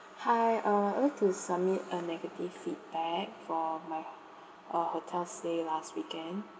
hi uh I would like to submit a negative feedback for my uh hotel stay last weekend